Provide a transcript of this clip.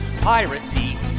piracy